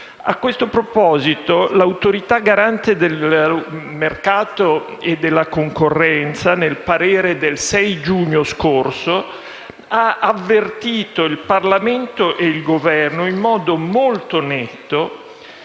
A questo proposito l'Autorità garante del mercato e della concorrenza, nel parere del 1° giugno scorso, ha avvertito il Parlamento e il Governo, in modo molto netto,